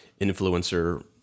influencer